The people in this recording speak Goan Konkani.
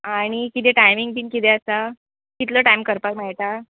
आनी किदें टायमींग बीन किदें आसा कितलो टायम करपाक मेळटा